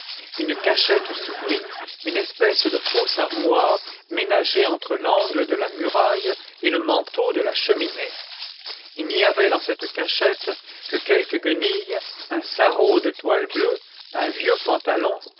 une cachette s'ouvrit une espèce de fausse armoire ménagée entre l'angle de la muraille et le manteau de la cheminée il n'y avait dans cette cachette que quelques guenilles un sarrau de toile bleue un vieux pantalon